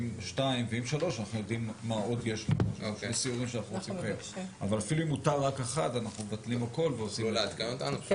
ובכלל זה מס ערך מוסף כמשמעותו בחוק מס